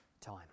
time